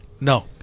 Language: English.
No